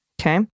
Okay